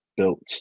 Built